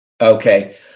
Okay